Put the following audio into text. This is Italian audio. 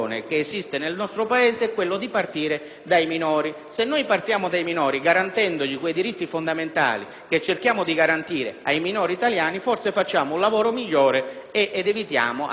che cerchiamo di garantire ai minori italiani, forse facciamo un lavoro migliore ed evitiamo alcune passerelle indecenti come quella di Lampedusa.